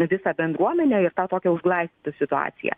visą bendruomenę ir tą tokią užglaistytų situaciją